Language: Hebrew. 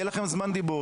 יהיה לכם זמן דיבור,